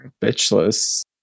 bitchless